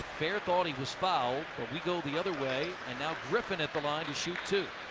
fair thought he was fouled. but we go the other way, and now griffin at the line to shoot two.